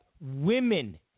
women